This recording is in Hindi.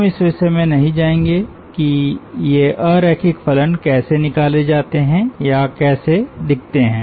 हम इस विषय में नहीं जाएंगे कि ये अरैखिक फलन कैसे निकाले जाते हैं या ये कैसे दिखते हैं